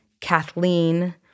Kathleen